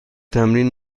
تمرین